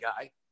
guy